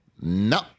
No